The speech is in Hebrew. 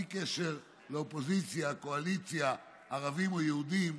בלי קשר לאופוזיציה קואליציה, ערבים או יהודים.